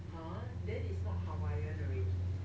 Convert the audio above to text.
!huh! then is not hawaiian already